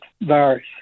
virus